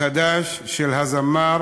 החדש של הזמר